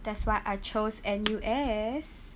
that's why I chose N_U_S